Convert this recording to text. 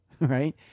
Right